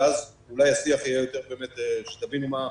ואז אולי השיח יהיה יותר, שתבינו מה קורה.